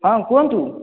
ହଁ କୁହନ୍ତୁ